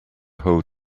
hold